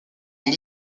sont